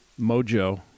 mojo